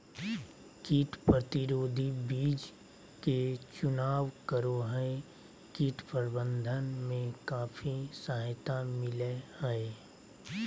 कीट प्रतिरोधी बीज के चुनाव करो हइ, कीट प्रबंधन में काफी सहायता मिलैय हइ